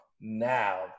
now